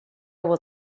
will